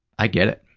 i get it.